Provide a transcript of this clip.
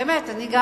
שבאמת אני,